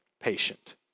Patient